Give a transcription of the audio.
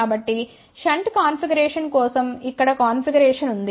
కాబట్టి shunt configuration కోసం ఇక్కడ కాన్ఫిగరేషన్ ఉంది